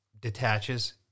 detaches